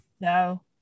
No